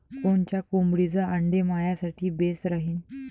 कोनच्या कोंबडीचं आंडे मायासाठी बेस राहीन?